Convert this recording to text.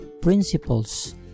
principles